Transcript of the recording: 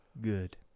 good